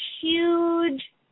huge